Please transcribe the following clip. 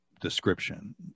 description